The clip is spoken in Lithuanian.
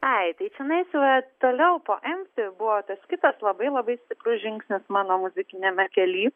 ai tai čionais vat toliau po empti buvo tas kitas labai labai stiprus žingsnis mano muzikiniame kely